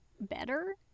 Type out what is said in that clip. better